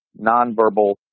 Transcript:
nonverbal